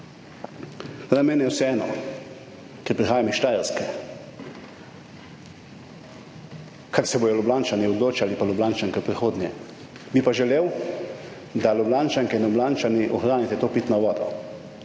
Meni je vseeno, ker prihajam iz Štajerske, ker se bodo Ljubljančani odločali pa Ljubljančanke v prihodnje, bi pa želel, da Ljubljančanke in Ljubljančani ohranite to pitno vodo.